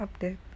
update